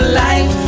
life